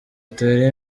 atere